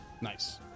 Nice